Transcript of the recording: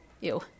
Ew